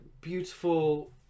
Beautiful